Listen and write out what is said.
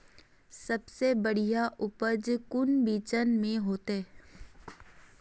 सबसे बढ़िया उपज कौन बिचन में होते?